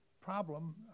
problem